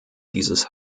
dieses